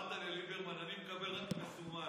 דרך קטאר, אמרת לליברמן: אני מקבל רק מזומן,